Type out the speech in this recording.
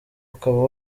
ukaba